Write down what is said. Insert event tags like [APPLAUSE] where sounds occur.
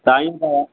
[UNINTELLIGIBLE]